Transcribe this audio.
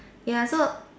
ya so